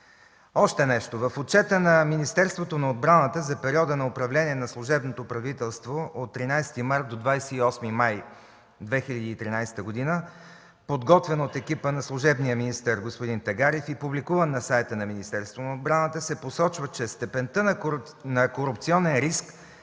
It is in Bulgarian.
Още нещо. В отчета на Министерството на отбраната за периода на управление на служебното правителство от 13 март до 28 май 2013 г., подготвен от екипа на служебния министър господин Тагарев и публикуван на сайта на Министерството на отбраната се посочва, че степента на корупционен риск